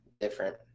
different